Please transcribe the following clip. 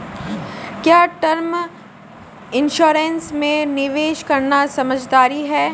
क्या term insurance में निवेश करना समझदारी है?